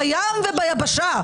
בים וביבשה,